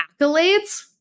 accolades